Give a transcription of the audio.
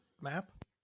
map